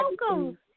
welcome